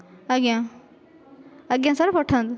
ଆଜ୍ଞା ଆଜ୍ଞା ସାର୍ ପଠାନ୍ତୁ